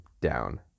down